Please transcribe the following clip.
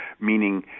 meaning